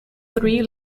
three